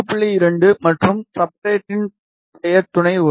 2 மற்றும் சப்ஸ்ட்ரட்டின் பெயர் துணை 1